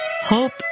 hope